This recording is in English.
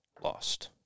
lost